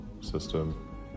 system